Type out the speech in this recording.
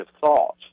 thought